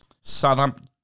Southampton